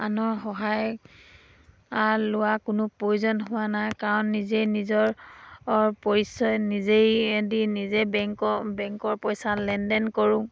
আনৰ সহায় লোৱা কোনো প্ৰয়োজন হোৱা নাই কাৰণ নিজেই নিজৰ পৰিচয় নিজেই দি নিজে বেংকৰ বেংকৰ পইচা লেনদেন কৰোঁ